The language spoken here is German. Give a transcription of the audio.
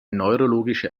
neurologische